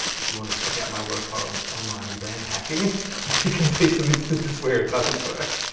if you want to check out my work on online exam hacking, you can see some instances where it doesn't work.